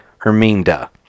Herminda